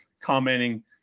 commenting